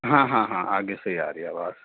ہاں ہاں ہاں آگے سے ہی آ رہی آواز